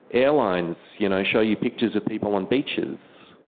airlines, you know, show you pictures of people on beaches.